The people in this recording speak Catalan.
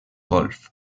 golf